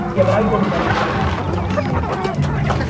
yeah but i would go to ben and jerry's and just see if you can get em there.